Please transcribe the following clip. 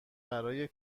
برای